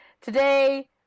today